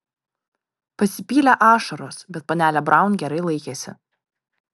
pasipylė ašaros bet panelė braun gerai laikėsi